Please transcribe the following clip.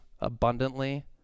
abundantly